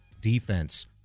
defense